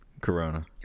Corona